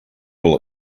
all